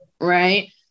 Right